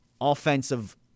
offensive